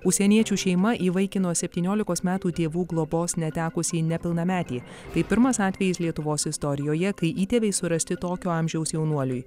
užsieniečių šeima įvaikino septyniolikos metų tėvų globos netekusį nepilnametį tai pirmas atvejis lietuvos istorijoje kai įtėviai surasti tokio amžiaus jaunuoliui